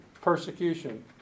persecution